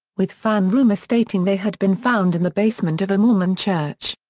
with fan rumour stating they had been found in the basement of a mormon church.